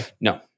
No